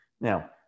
Now